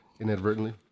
inadvertently